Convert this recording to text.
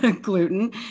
gluten